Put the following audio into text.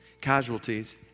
Casualties